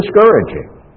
discouraging